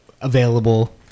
available